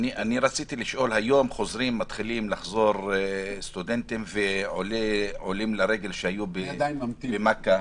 --- היום מתחילים לחזור סטודנטים ועולים שהיו במכה.